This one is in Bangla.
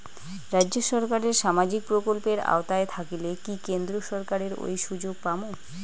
রাজ্য সরকারের সামাজিক প্রকল্পের আওতায় থাকিলে কি কেন্দ্র সরকারের ওই সুযোগ পামু?